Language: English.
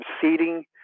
seating